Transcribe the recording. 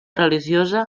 religiosa